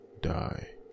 die